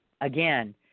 again